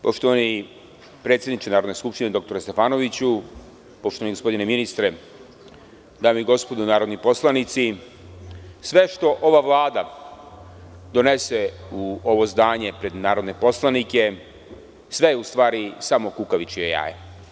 Poštovani predsedniče Narodne skupštine dr Stefanoviću, poštovani gospodine ministre, dame i gospodo narodni poslanici, sve što ova Vlada donese u ovo zdanje pred narodne poslanike, sve je u stvari samo kukavičije jaje.